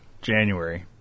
January